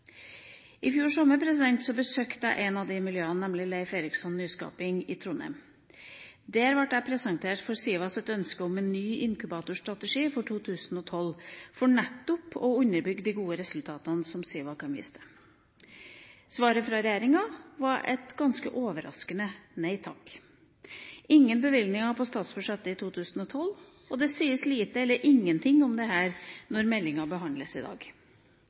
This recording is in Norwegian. I fjor sommer besøkte jeg et av disse miljøene, nemlig Leiv Eiriksson Nyskaping i Trondheim. Der ble jeg presentert for SIVAs ønske om en ny inkubatorstrategi for 2012, for nettopp å underbygge de gode resultatene som SIVA kan vise til. Svaret fra regjeringa var et ganske overraskende nei takk. Det var ingen bevilgninger på statsbudsjettet for 2012, og det sies lite eller ingenting om dette når meldinga behandles i dag.